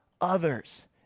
others